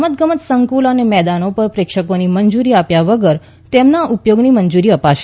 રમતગમત સંકુલો અને મેદાનો પર પ્રેક્ષકોને મંજૂરી આપ્યા વગર તેમના ઉપયોગની મંજૂરી અપાશે